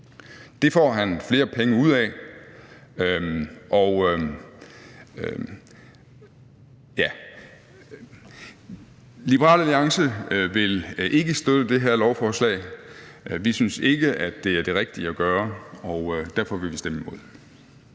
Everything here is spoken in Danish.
Det får han flere penge ud af. Liberal Alliance vil ikke støtte det her lovforslag. Vi synes ikke, at det er det rigtige at gøre, og derfor vil vi stemme imod.